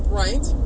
right